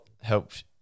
helped